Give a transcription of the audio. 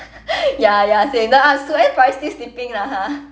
ya ya same uh uh sue anne probably still sleeping lah ha